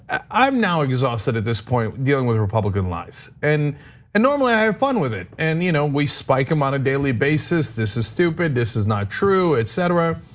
i'm now exhausted at this point dealing with republican lies, and and normally i have fun with it. and you know we spike them on a daily basis, this is stupid, this is not true, etc.